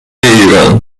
ایران